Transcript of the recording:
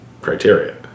criteria